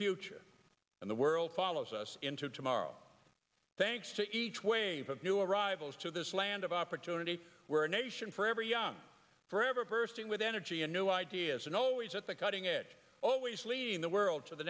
future and the world follows us into tomorrow thanks to each wave of new arrivals to this land of opportunity we're a nation forever young forever bursting with energy and new ideas and always at the cutting edge always leaving the world to the